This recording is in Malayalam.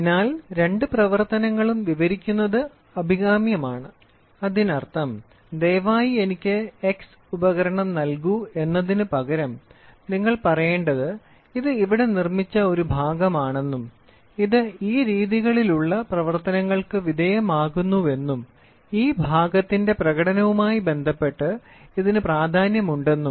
അതിനാൽ രണ്ട് പ്രവർത്തനങ്ങളും വിവരിക്കുന്നത് അഭികാമ്യമാണ് അതിനർത്ഥം ദയവായി എനിക്ക് എക്സ് ഉപകരണം നൽകൂ എന്ന് പറയുന്നതിനുപകരം നിങ്ങൾ പറയേണ്ടത് ഇത് ഇവിടെ നിർമ്മിച്ച ഒരു ഭാഗമാണെന്നും ഇത് ഈ രീതികളിലുള്ള പ്രവർത്തനങ്ങൾക്ക് വിധേയമാകുമെന്നും ഈ ഭാഗത്തിന്റെ പ്രകടനവുമായി ബന്ധപ്പെട്ടു ഇതിനു പ്രാധാന്യമുണ്ടെന്നും